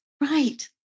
Right